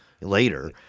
later